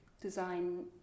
design